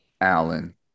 allen